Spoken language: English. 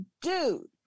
dude